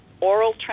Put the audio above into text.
oral